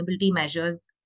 measures